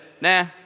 Nah